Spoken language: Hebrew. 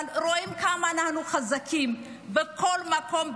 אבל רואים כמה אנחנו חזקים בכל מקום,